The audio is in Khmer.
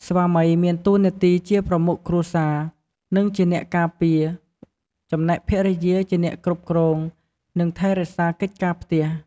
ស្វាមីមានតួនាទីជាប្រមុខគ្រួសារ និងជាអ្នកការពារ ចំណែកភរិយាជាអ្នកគ្រប់គ្រង និងថែរក្សាកិច្ចការផ្ទះ។